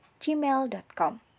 gmail.com